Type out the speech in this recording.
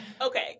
Okay